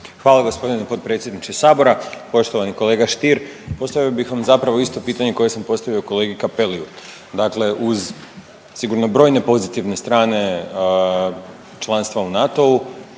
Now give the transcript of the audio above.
Hvala gospodine potpredsjedniče sabora. Poštovani kolega Stier, postavio bih vam zapravo isto pitanje koje sam postavio kolegi Cappelliu. Dakle, uz sigurno brojne pozitivne strane članstava u NATO-u